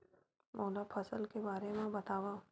मोला फसल के बारे म बतावव?